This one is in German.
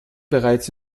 bereits